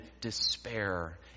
despair